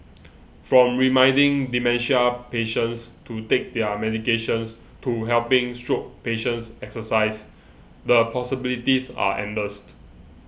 from reminding dementia patients to take their medications to helping stroke patients exercise the possibilities are endless